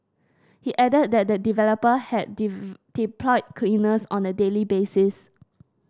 he added that the developer had deep deployed cleaners on a daily basis